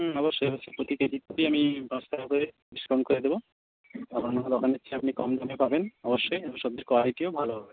অবশ্যই অবশ্যই প্রতি কেজি প্রতিই আমি দশ টাকা করে ডিসকাউন্ট করে দেব অন্যান্য দোকানের চেয়ে আপনি কম দামে পাবেন অবশ্যই এবং সবজির কোয়ালিটিও ভালো হবে